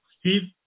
Steve